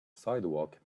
sidewalk